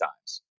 times